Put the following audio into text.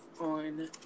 on